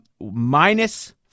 Minus